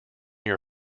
your